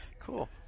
Cool